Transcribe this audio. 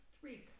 three